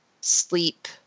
sleep